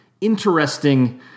interesting